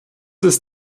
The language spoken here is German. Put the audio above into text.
ist